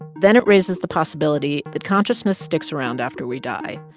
then it raises the possibility that consciousness sticks around after we die,